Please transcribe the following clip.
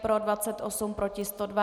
Pro 28, proti 102.